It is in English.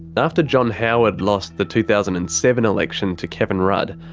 after john howard lost the two thousand and seven election to kevin rudd,